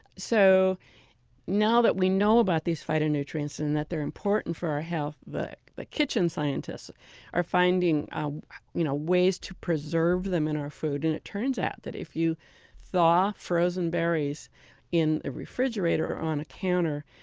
so now that we know about these phytonutrients and that they're important for our health, the the kitchen scientists are finding you know ways to preserve them in our food. and it turns out that if you thaw frozen berries in the refrigerator or on a counter,